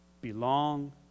belong